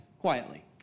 quietly